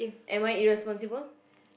am I irresponsible